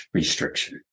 restriction